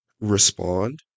respond